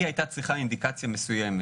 היא הייתה צריכה אינדיקציה מסוימת